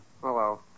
Hello